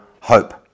hope